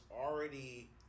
already